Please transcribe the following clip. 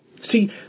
See